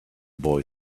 boy